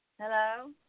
Hello